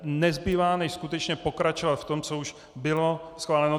Nezbývá než skutečně pokračovat v tom, co už bylo schváleno.